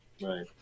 right